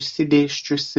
išsidėsčiusi